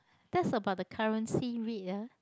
that's about the currency rate ah